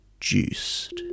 juiced